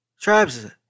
Tribes